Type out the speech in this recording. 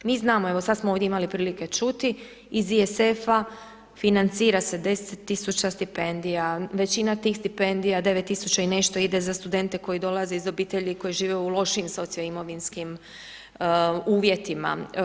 Mi znamo, evo sada smo ovdje imali prilike čuti iz IZF-a financira se 10000 stipendija, većina tih stipendija 9000 i nešto ide za studente koji dolaze iz obitelji, koji žive u lošim soci imovinskim uvjetima.